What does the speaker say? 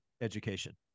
education